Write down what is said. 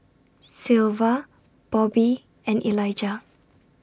Sylva Bobbi and Elijah